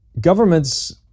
governments